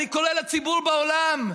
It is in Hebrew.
אני קורא לציבור בעולם: